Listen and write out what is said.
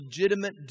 legitimate